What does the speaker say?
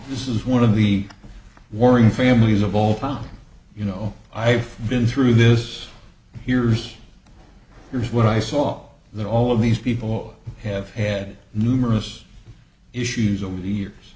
this is one of the warring families of all time you know i've been through this here's here's what i saw that all of these people have had numerous issues over the